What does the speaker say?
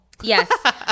yes